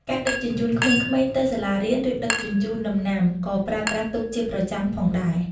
ការដឹកជញ្ជូនក្មេងៗទៅសាលារៀន ឬដឹកជញ្ជូនដំណាំក៏ប្រើប្រាស់ទូកជាប្រចាំផងដែរ។